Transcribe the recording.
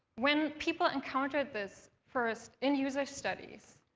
when people encountered this first in user studies,